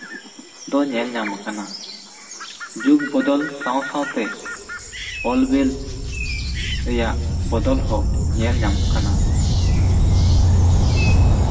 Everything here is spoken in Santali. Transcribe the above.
ᱫᱚ ᱧᱮᱞ ᱧᱟᱢ ᱠᱟᱱᱟ ᱡᱩᱜᱽ ᱵᱚᱫᱚᱞ ᱥᱟᱶ ᱥᱟᱶᱛᱮ ᱚᱞ ᱵᱤᱞ ᱨᱮᱭᱟᱜ ᱵᱚᱫᱚᱞ ᱦᱚᱸ ᱧᱮᱞ ᱧᱟᱢᱚᱜ ᱠᱟᱱᱟ